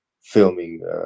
filming